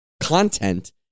content